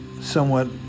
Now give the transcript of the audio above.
somewhat